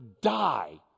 die